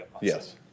Yes